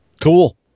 Cool